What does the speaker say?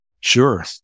Sure